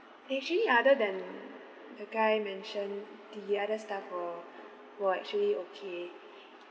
actually other than the guy mentioned the other staff all were actually okay